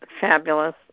fabulous